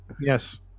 Yes